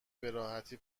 براحتی